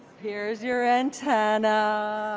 here's your antenna.